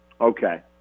Okay